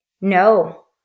No